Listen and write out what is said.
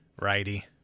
Righty